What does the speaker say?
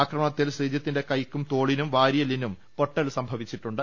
ആക്രമണത്തിൽ ശ്രീജിത്തിന്റെ ഉകെക്കും തോളിനും വാരിയെല്ലിനും പൊട്ടൽ സംഭവിച്ചിട്ടുണ്ട്